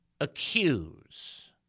accuse